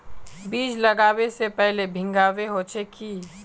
बीज लागबे से पहले भींगावे होचे की?